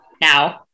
now